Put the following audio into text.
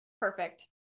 perfect